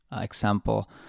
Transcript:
example